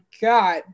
God